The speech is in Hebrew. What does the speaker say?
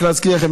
רק להזכיר לכם,